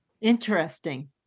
Interesting